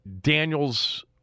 Daniels